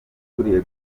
ukuriye